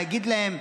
להגיד להם: